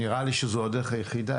נראה לי שזו הדרך היחידה,